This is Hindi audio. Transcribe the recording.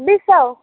छब्बीस सौ